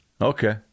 Okay